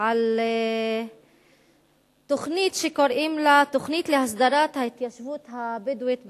על תוכנית שקוראים לה "תוכנית להסדרת ההתיישבות הבדואית בנגב"